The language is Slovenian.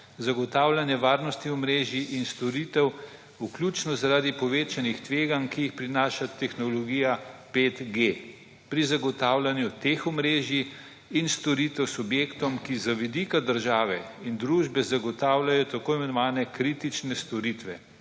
zagotavljanje varnosti omrežij in storitev, vključno zaradi povečanih tveganj, ki jih prinaša tehnologija 5G pri zagotavljanju teh omrežij in storitev subjektom, ki z vidika države in družbe zagotavljajo tako imenovane kritične storitve,